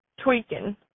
tweaking